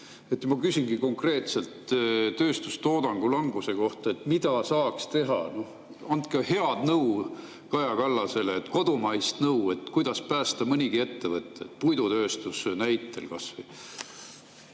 Ma küsingi konkreetselt tööstustoodangu languse kohta: mida saaks teha? Andke head nõu Kaja Kallasele, kodumaist nõu, kuidas päästa mõnigi ettevõte, kas või puidutööstuse näitel.